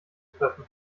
treffen